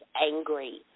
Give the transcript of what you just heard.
angry